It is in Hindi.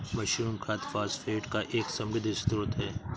मशरूम खाद फॉस्फेट का एक समृद्ध स्रोत है